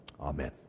Amen